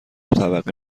طبقه